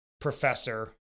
professor